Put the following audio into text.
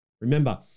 Remember